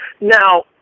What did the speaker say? Now